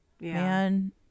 man